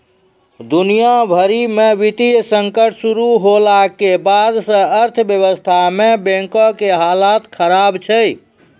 दुनिया भरि मे वित्तीय संकट शुरू होला के बाद से अर्थव्यवस्था मे बैंको के हालत खराब छै